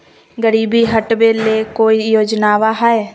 गरीबी हटबे ले कोई योजनामा हय?